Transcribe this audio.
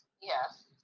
yes